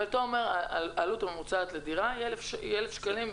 אז אתה אומר שעלות ממוצעת לדירה היא 1,000 שקלים,